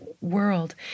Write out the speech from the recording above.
world